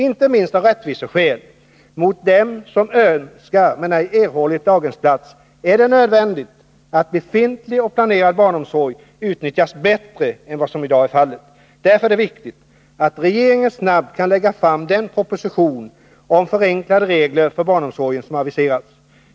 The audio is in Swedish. Inte minst av rättviseskäl och med tanke på dem som önskar men ej erhållit daghemsplats är det nödvändigt att befintlig och planerad barnomsorg utnyttjas bättre än vad som i dag är fallet. Därför är det viktigt att regeringen snabbt kan lägga fram den proposition om förenklade regler för barnomsorgen som aviserats.